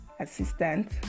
assistant